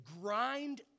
grind